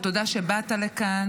תודה שבאת לכאן.